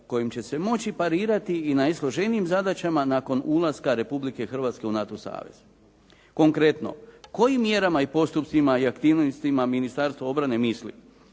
kojim će se moći parirati i najsloženijim zadaćama nakon ulaska Republike Hrvatske u NATO savez? Konkretno kojim mjerama i postupcima i aktivnostima Ministarstvo obrane misli